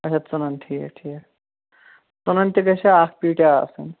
اچھا ژٕنَن ٹھیٖک ٹھیٖک ژٕنَن تہِ گَژھیا اَکھ پیٖٹ آسٕنۍ